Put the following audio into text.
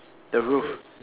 the roof